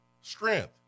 strength